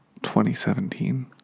2017